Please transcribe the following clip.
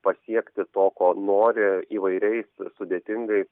pasiekti to ko nori įvairiais sudėtingais